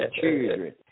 children